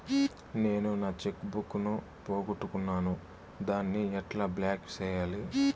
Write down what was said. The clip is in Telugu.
నేను నా చెక్కు బుక్ ను పోగొట్టుకున్నాను దాన్ని ఎట్లా బ్లాక్ సేయాలి?